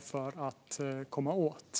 för att komma åt problemet.